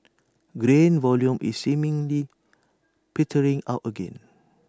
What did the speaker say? grain volume is seemingly petering out again